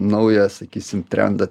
naują sakysim trendą